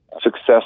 Success